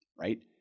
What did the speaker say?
right